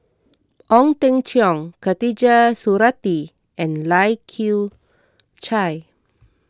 Ong Teng Cheong Khatijah Surattee and Lai Kew Chai